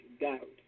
doubt